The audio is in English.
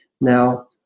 Now